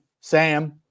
Sam